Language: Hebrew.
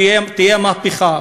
ותהיה מהפכה.